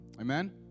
Amen